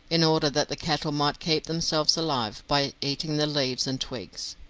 in order that the cattle might keep themselves alive by eating the leaves and twigs.